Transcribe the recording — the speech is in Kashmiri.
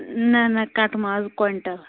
نَہ نَہ کٹہٕ ماز کۄینٹَل